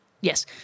Yes